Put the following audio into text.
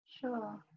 sure